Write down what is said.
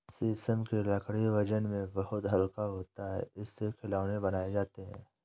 शीशम की लकड़ी वजन में बहुत हल्का होता है इससे खिलौने बनाये जाते है